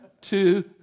two